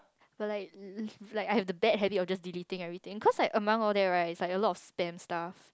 but like like I have the bad habit of just deleting everything cause among all that right is like a lot of spam stuff